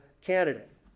candidate